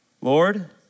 Lord